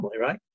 Right